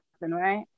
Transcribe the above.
right